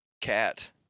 cat